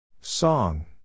Song